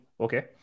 Okay